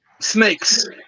Snakes